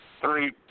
three